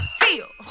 feel